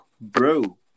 bro